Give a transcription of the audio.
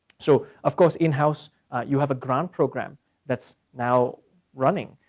so of course in-house you have a grant program that's now running.